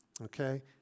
okay